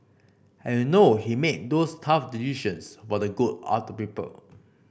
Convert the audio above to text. and you know he made those tough decisions for the good of the people